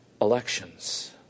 elections